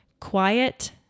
quiet